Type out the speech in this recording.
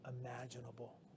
imaginable